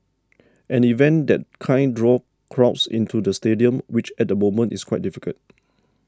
an event that kind draw crowds into the stadium which at the moment is quite difficult